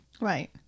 right